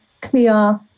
clear